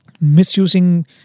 misusing